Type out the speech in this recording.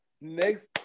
next